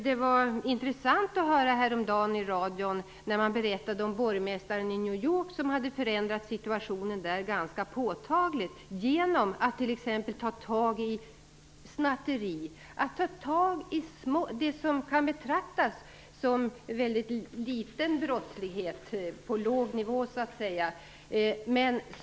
Det var intressant att höra häromdagen i radion när man berättade om borgmästaren i New York som hade förändrat situationen där ganska påtagligt genom att t.ex. se till att man ingrep mot snatteri och det som kan betraktas som mycket liten brottslighet, dvs. brott på låg nivå.